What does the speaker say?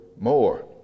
more